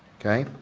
okay.